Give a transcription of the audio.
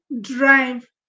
drive